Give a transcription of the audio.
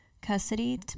custody